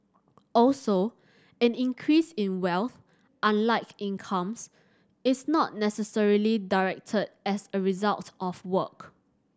also an increase in wealth unlike incomes is not necessarily direct a result of work